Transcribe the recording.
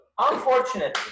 Unfortunately